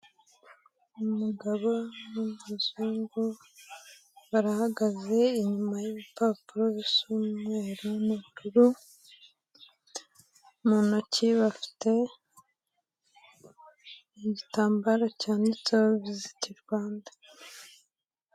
Umugabo w'umuzungu barahagaze, inyuma y'ibipapuro bisa umweru n'ubururu, mu ntoki bafite igitambaro cyanditseho Visit Rwanda.